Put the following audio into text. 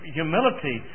humility